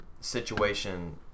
situation